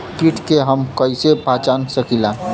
कीट के हम कईसे पहचान सकीला